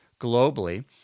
globally